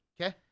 Okay